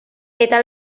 eta